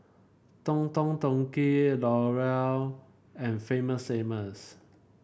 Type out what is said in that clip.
Don Don Donki L'Oreal and Famous Amos